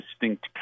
distinct